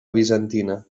bizantina